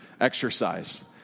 exercise